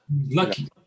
lucky